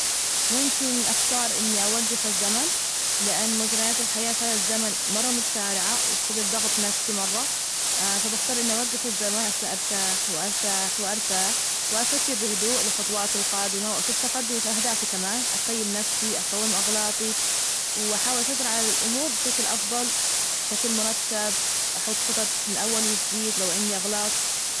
ممكن أختار إني أوجف الزمن؟ لأن مجريات الحياة، فلا الزمن مرة متسارعة، وتسبب ضغط نفسي مرة، فبختار إني أوجف الزمان عشان أرتاح وأرتاح وأرتاح وأفكر بهدوء لخطواتي القادمة، وأشوف تقدمي، فأهدافي كمان. أقيم نفسي أقوم أغلاطي وأحاول أسيطر على الأمور بشكل أفضل، بشكل مرتب، أحط خطط من أول وجديد، لو عندي أغلاط.